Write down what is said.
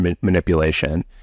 manipulation